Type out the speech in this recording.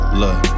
look